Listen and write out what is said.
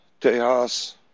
Tejas